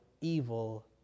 evil